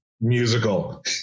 musical